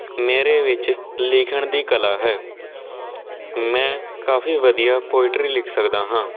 ਮੇਰੇ ਵਿੱਚ ਲਿਖਣ ਦੀ ਕਲਾ ਹੈ ਮੈਂ ਕਾਫੀ ਵਧੀਆ ਪੋਈਟਰੀ ਲਿਖ ਸਕਦਾ ਹਾਂ